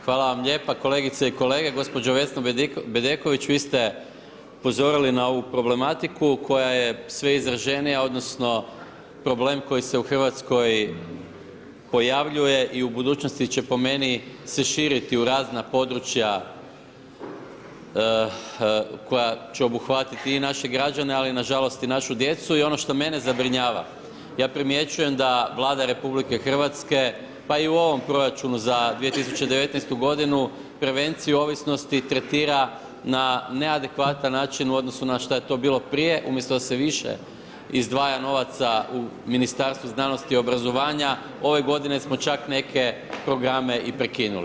Hvala vam lijepa, kolegice i kolege gospođo Vesno Bedeković vi ste upozorili na ovu problematiku koja je sve izraženija odnosno problem koji se u Hrvatskoj pojavljuje i u budućnosti će po meni se širiti u razna područja koja će obuhvatiti i naše građane ali nažalost i našu djecu i ono što mene zabrinjava ja primjećujem da Vlada RH pa i u ovom proračunu za 2019. godinu, prevenciju ovisnosti tretira na neadekvatan način u odnosu na šta je to bilo prije, umjesto da se više izdvaja novaca u Ministarstvu znanosti i obrazovanja, ove godine smo čak neke programe i prekinuli.